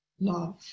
love